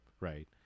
right